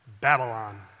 Babylon